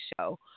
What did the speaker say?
show